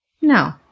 No